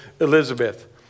Elizabeth